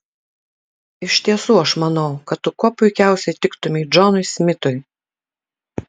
iš tiesų aš manau kad tu kuo puikiausiai tiktumei džonui smitui